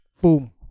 Boom